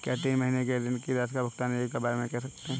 क्या तीन महीने के ऋण की राशि का भुगतान एक बार में कर सकते हैं?